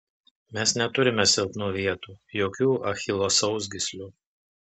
mes neturime silpnų vietų jokių achilo sausgyslių